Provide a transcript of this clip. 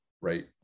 right